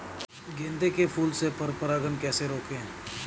गेंदे के फूल से पर परागण कैसे रोकें?